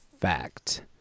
fact